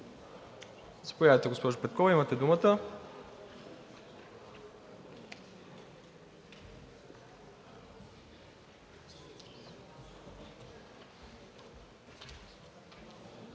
Заповядайте, госпожо Петкова, имате думата.